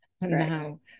now